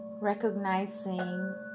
Recognizing